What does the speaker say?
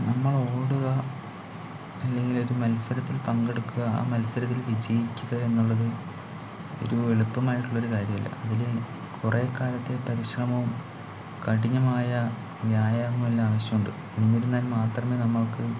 നമ്മൾ ഓടുക അല്ലെങ്കിൽ ഒരു മത്സരത്തിൽ പങ്കെടുക്കുക ആ മത്സരത്തിൽ വിജയിക്കുക എന്നുള്ളത് ഒരു എളുപ്പമായിട്ടുള്ള ഒരു കാര്യം അല്ല അതിൽ കുറേ കാലത്തെ പരിശ്രമവും കഠിനമായ വ്യായാമവും എല്ലാം ആവശ്യമുണ്ട് എന്നിരുന്നാൽ മാത്രമേ നമ്മൾക്ക്